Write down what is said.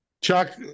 Chuck